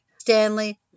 Stanley